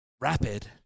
rapid